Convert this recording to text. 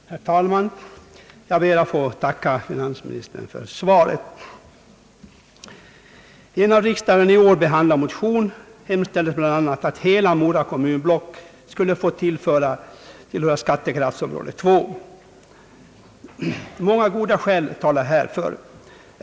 Herr talman! Jag ber att få tacka finansministern för svaret. I en av riksdagen i år behandlad motion hemställdes bl.a. att hela Mora kommunblock skulle få tillhöra skattekraftsområde 2. Många och goda skäl talar härför.